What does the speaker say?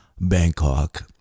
Bangkok